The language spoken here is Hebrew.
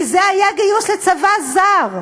כי זה היה גיוס לצבא זר,